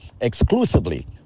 exclusively